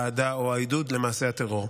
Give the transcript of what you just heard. האהדה או העידוד למעשי הטרור.